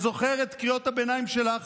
אני עוד זוכר את קריאות הביניים שלך